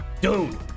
Dude